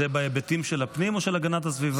זה בהיבטים של הפנים או של הגנת הסביבה?